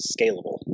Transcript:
scalable